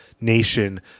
nation